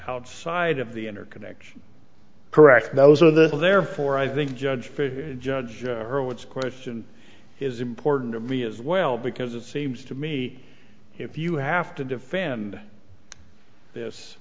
outside of the interconnection correct those are the therefore i think judge judge her what's a question is important to me as well because it seems to me if you have to defend this